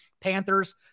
Panthers